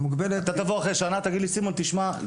אתה תבוא אחרי שנה ותגיד לי: "אחרי